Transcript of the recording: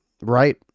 right